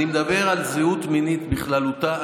אני מדבר על זהות מינית בכללותה,